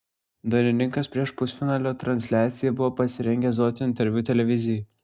dainininkas prieš pusfinalio transliaciją buvo pasirengęs duoti interviu televizijai